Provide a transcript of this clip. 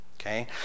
Okay